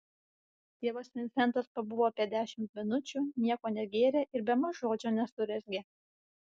tėvas vincentas pabuvo apie dešimt minučių nieko negėrė ir bemaž žodžio nesurezgė